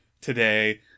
today